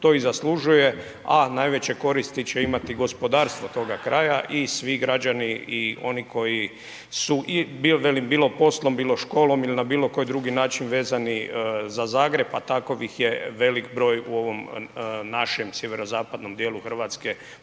to i zaslužuje, a najveće koristi će imati gospodarstvo toga kraja i svi građani i oni koji su i bilo, velim, bilo poslom, bilo školom ili na bilo koji drugi način vezani za Zagreb, a takovih je velik broj u ovom našem sjeverozapadnom dijelu RH, području